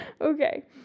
Okay